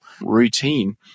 routine